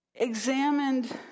examined